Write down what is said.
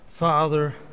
Father